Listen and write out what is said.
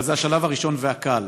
אבל זה השלב הראשון והקל.